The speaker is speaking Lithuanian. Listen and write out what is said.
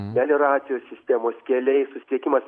melioracijos sistemos keliai susisiekimas